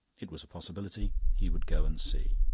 it was a possibility he would go and see.